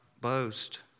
boast